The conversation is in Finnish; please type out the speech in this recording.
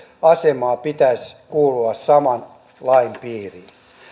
asemaa pitäisi kuulua saman lain piiriin